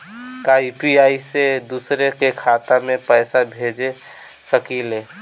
का यू.पी.आई से दूसरे के खाते में पैसा भेज सकी ले?